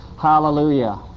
Hallelujah